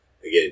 again